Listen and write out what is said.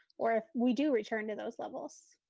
or if we do return to those levels?